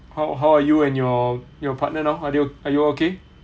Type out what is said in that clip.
how how are you and your your partner now are you are you okay